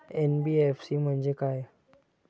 NBFC म्हणजे काय?